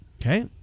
Okay